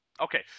Okay